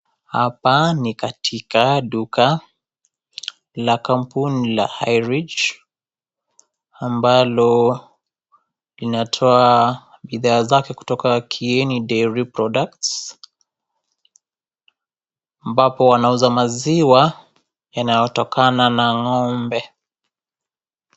Hapa ni katika duka la kampuni la (cs)Highridge(cs) ambalo linatoa bidhaa zake kutoka (cs)KIENI DAIRY PRODUCTS(cs) ambapo wanauza maziwa yanayotokana na ng'ombe.